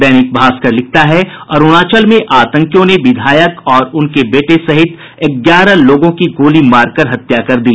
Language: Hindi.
दैनिक भास्कर लिखता है अरूणाचल में आतंकियों ने विधायक और उनके बेटे सहित ग्यारह लोगों की गोली मार कर हत्या कर दी